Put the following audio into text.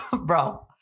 bro